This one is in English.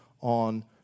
on